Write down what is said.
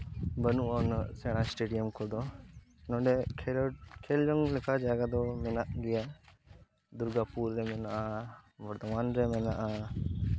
ᱵᱟᱹᱱᱩᱜᱼᱟ ᱩᱱᱟᱹᱜ ᱥᱮᱬᱟ ᱮᱥᱴᱮᱰᱤᱭᱟᱢ ᱠᱚᱫᱚ ᱱᱚᱰᱮ ᱠᱷᱮᱞᱳᱰ ᱠᱷᱮᱞ ᱡᱚᱝ ᱞᱮᱠᱟ ᱡᱟᱭᱜᱟ ᱫᱚ ᱢᱮᱱᱟᱜ ᱜᱮᱭᱟ ᱫᱩᱨᱜᱟᱯᱩᱨ ᱨᱮ ᱢᱮᱱᱟᱜᱼᱟ ᱵᱚᱨᱫᱷᱚᱢᱟᱱᱨᱮ ᱢᱮᱱᱟᱜᱼᱟ